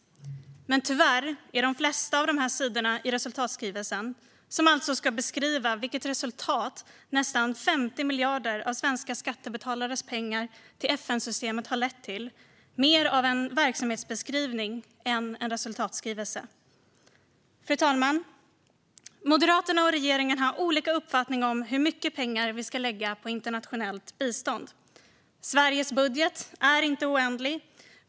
Men tyvärr är de flesta av sidorna i resultatskrivelsen, som alltså ska beskriva vilket resultat nästan 50 miljarder av svenska skattebetalares pengar har lett till, mer av en verksamhetsbeskrivning än en resultatskrivelse. Fru talman! Moderaterna och regeringen har olika uppfattningar om hur mycket pengar vi ska lägga på internationellt bistånd. Sveriges budget är inte oändlig.